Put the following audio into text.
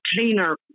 cleaner